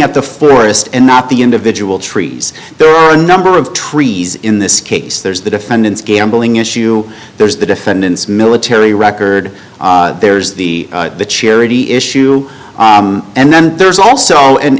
at the forest and not the individual trees there are a number of trees in this case there's the defendant's gambling issue there's the defendant's military record there's the charity issue and then there's also and